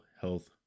health